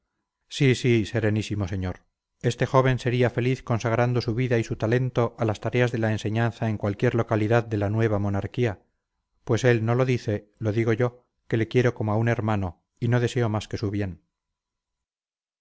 sí sí serenísimo señor este joven sería feliz consagrando su vida y su talento a las tareas de la enseñanza en cualquier localidad de la nueva monarquía pues él no lo dice lo digo yo que le quiero como a un hermano y no deseo más que su bien